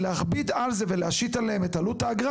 להכביד על זה ולהשית עליהם את עלות האגרה,